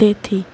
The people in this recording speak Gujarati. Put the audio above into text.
તેથી